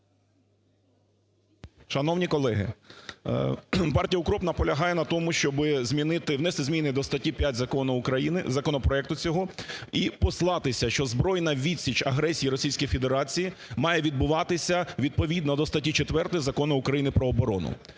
Шановні колеги, партія УКРОП наполягає на тому, щоби змінити, внести зміни до статті 5 закону України... законопроекту цього і послатися, що збройна відсіч агресії Російської Федерації має відбуватися відповідно до статті 4 Закону України про оборону.